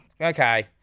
okay